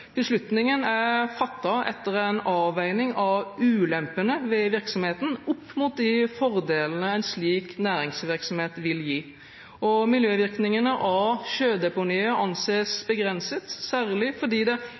Beslutningen er fattet etter en avveining av ulempene ved virksomheten opp mot de fordelene en slik næringsvirksomhet vil gi. Miljøvirkningene av sjødeponiet anses begrenset, særlig fordi det